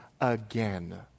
again